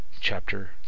chapter